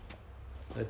jialat sia